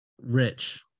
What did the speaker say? rich